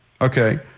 Okay